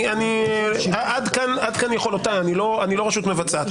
עד כאן יכולותיי, אני לא רשות מבצעת.